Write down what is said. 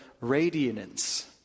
radiance